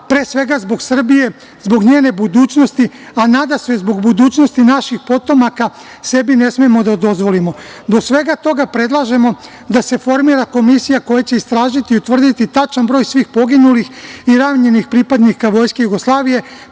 pre svega, zbog Srbije, zbog njene budućnosti, a nadam se, zbog budućnosti naših potomaka sebi ne smemo da dozvolimo. Zbog svega toga, predlažemo da se formira Komisija koja će istražiti i utvrditi tačan broj svih poginulih, i ranjenih pripadnika Vojske Jugoslavije,